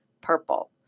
purple